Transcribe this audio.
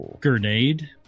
grenade